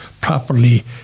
properly